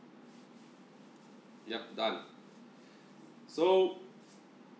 yup done so